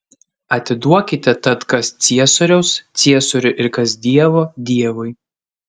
atiduokite tad kas ciesoriaus ciesoriui ir kas dievo dievui